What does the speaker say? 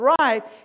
right